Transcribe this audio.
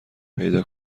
پیدا